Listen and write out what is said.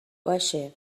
باشه